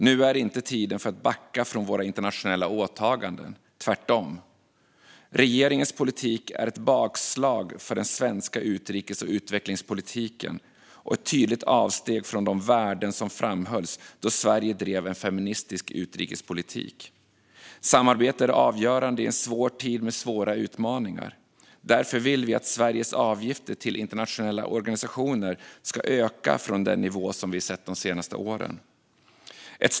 Nu är inte tiden för att backa från våra internationella åtaganden, tvärtom. Regeringens politik är ett bakslag för den svenska utrikes och utvecklingspolitiken och ett tydligt avsteg från de värden som framhölls då Sverige drev en feministisk utrikespolitik. Samarbete är avgörande i en svår tid med svåra utmaningar. Därför vill vi att Sveriges avgifter till internationella organisationer ska öka från den nivå som vi sett de senaste åren.